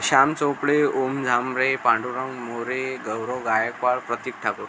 Sham Chopde Om Jhambare Pandurang More Gaurav Gaikwad Pratik Thakur